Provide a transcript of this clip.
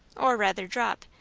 or rather drop,